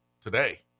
today